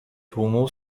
tłumu